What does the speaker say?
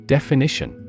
Definition